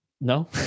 no